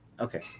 Okay